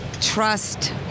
trust